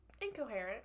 incoherent